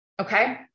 Okay